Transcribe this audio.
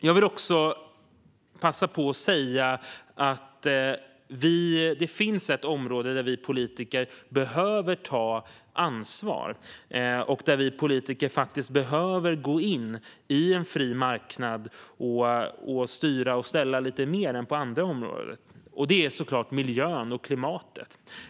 Jag vill också passa på att säga att det finns ett område där vi politiker behöver ta ansvar och faktiskt gå in på en fri marknad och styra och ställa lite mer än på andra områden. Det är såklart miljön och klimatet.